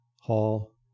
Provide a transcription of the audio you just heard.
Hall